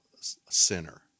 sinner